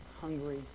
hungry